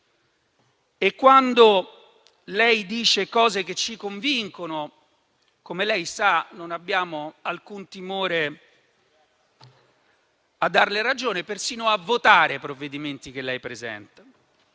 Quando lei dice cose che ci convincono - come lei sa - non abbiamo alcun timore a darle ragione e persino a votare provvedimenti che lei presenta.